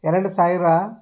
ಎರಡು ಸಾವಿರ